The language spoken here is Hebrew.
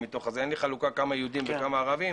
אין לי חלוקה כמה יהודים וכמה ערבים,